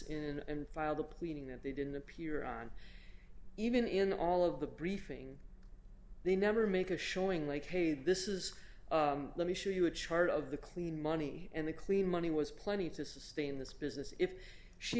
in and file the pleading that they didn't appear on even in all of the briefing they never make a showing like hey this is let me show you a chart of the clean money and the clean money was plenty to sustain this business if she